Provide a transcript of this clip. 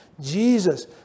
Jesus